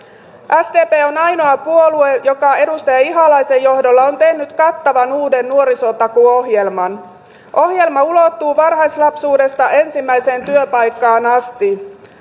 sdp on ainoa puolue joka edustaja ihalaisen johdolla on tehnyt kattavan uuden nuorisotakuuohjelman ohjelma ulottuu varhaislapsuudesta ensimmäiseen työpaikkaan asti